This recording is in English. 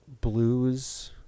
blues